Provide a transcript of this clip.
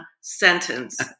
sentence